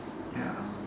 ya